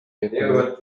экөө